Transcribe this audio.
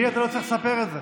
לי אתה לא צריך לספר את זה.